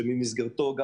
במסגרתו אתה